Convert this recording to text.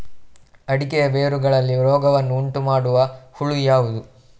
ಅಡಿಕೆಯ ಬೇರುಗಳಲ್ಲಿ ರೋಗವನ್ನು ಉಂಟುಮಾಡುವ ಹುಳು ಯಾವುದು?